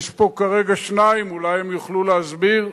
יש פה כרגע שניים, אולי הם יוכלו להסביר.